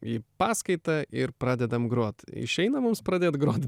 į paskaitą ir pradedam grot išeina mums pradėt grot